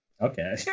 okay